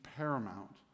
paramount